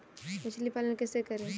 मछली पालन कैसे करें?